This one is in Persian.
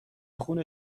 خون